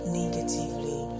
negatively